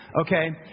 okay